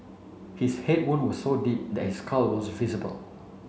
his head wounds were so deep that his skull was visible